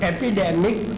Epidemic